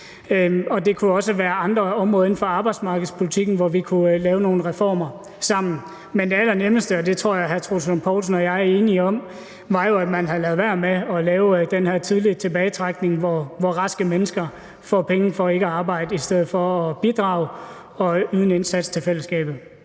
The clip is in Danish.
Det kunne også være andre områder inden for arbejdsmarkedspolitikken, hvor vi kunne lave nogle reformer sammen. Men det allernemmeste – og det tror jeg at hr. Troels Lund Poulsen og jeg er enige om – ville jo have været, at man havde ladet være med at indføre den her tidlige tilbagetrækning, hvor raske mennesker får penge for ikke at arbejde i stedet for at bidrage og yde en indsats til fællesskabet.